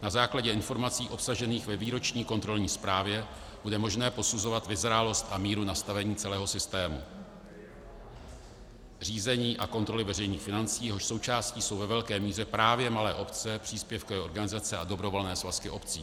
Na základě informací obsažených ve výroční kontrolní zprávě bude možné posuzovat vyzrálost a míru nastavení celého systému řízení a kontroly veřejných financí, jehož součástí jsou ve velké míře právě malé obce, příspěvkové organizace a dobrovolné svazky obcí.